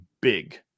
big